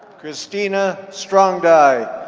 christina strong-dye,